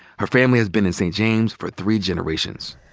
her family has been in st. james for three generations.